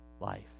life